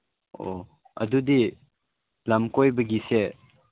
ꯑꯣ ꯑꯗꯨꯗꯤ ꯂꯝ ꯀꯣꯏꯕꯒꯤꯁꯦ